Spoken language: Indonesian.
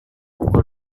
pukul